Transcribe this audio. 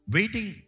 Waiting